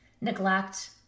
neglect